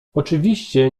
oczywiście